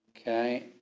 okay